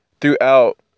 throughout